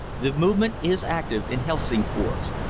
the movement is active in helsingfors.